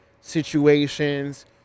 situations